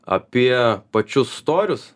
apie pačius storius